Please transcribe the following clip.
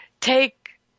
take